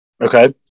Okay